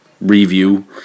review